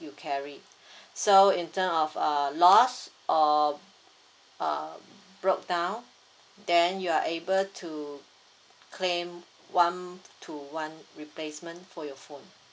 you carry so in term of uh lost or uh broke down then you are able to claim one to one replacement for your phone